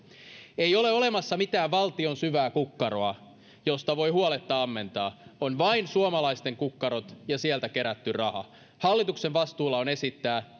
ei ole olemassa mitään valtion syvää kukkaroa josta voi huoletta ammentaa on vain suomalaisten kukkarot ja sieltä kerätty raha hallituksen vastuulla on esittää